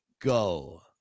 Go